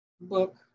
book